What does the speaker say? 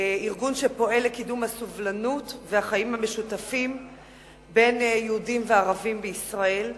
ארגון שפועל לקידום הסובלנות והחיים המשותפים בין יהודים לערבים בישראל.